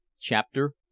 Chapter